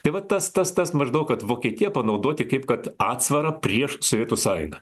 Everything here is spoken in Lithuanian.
tai va tas tas tas maždaug kad vokietiją panaudoti kaip kad atsvarą prieš sovietų sąjungą